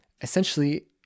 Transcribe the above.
essentially